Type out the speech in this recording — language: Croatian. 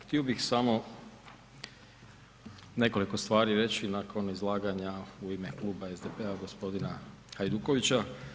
Htio bih samo nekoliko stvari reći nakon izlaganja u ime kluba SDP-a gospodina Hajdukovića.